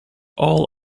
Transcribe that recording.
all